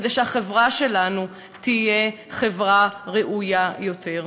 כדי שהחברה שלנו תהיה חברה ראויה יותר.